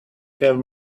have